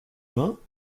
vingts